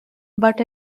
but